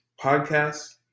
podcasts